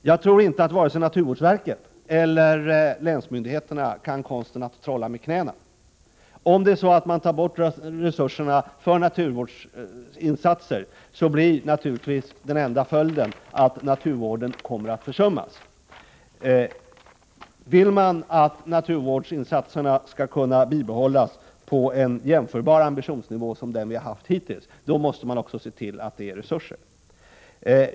Jag tror inte att vare sig naturvårdsverket eller länsmyndigheterna kan konsten att trolla med knäna. Om man tar bort resurserna för naturvårdsinsatser, blir den enda följden naturligtvis att naturvården kommer att försummas. Vill man att naturvårdsinsatserna skall bibehållas på en ambitionsnivå jämförbar med den som vi haft hittills, måste man också se till att det finns resurser.